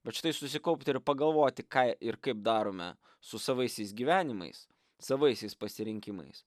bet štai susikaupti ir pagalvoti ką ir kaip darome su savaisiais gyvenimais savaisiais pasirinkimais